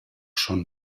schon